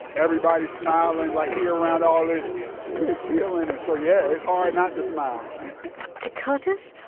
everybody smiling, like, here around all this good feeling. and so yeah, it's hard not to smile to curtis,